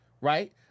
right